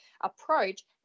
approach